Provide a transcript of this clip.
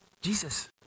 Jesus